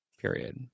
period